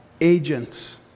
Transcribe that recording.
agents